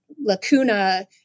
lacuna